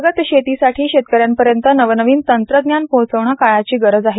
प्रगत शेतीसाठी शेतकऱ्यांपर्यंत नवनवीन तंत्रज्ञान पोहचविणे काळाची गरज आहे